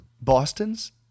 Boston's